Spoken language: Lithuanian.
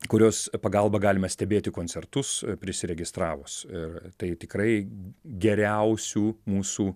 kurios pagalba galima stebėti koncertus prisiregistravus ir tai tikrai geriausių mūsų